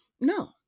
No